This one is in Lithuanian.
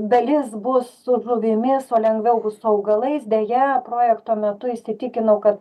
dalis bus su žuvimis o lengviau bus su augalais deja projekto metu įsitikinau kad